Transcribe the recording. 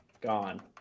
gone